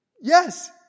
Yes